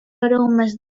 aromes